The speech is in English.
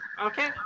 Okay